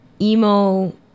emo